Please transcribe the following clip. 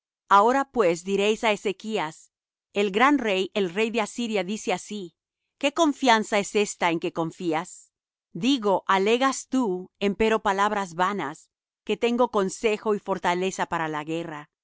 ahora pues diréis á ezechas el gran rey el rey de asiria dice así qué confianza es ésta en que confías digo alegas tú empero palabras vanas que tengo consejo y fortaleza para la guerra